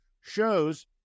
shows